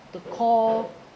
the call